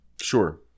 Sure